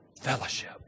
fellowship